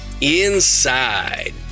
Inside